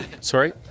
Sorry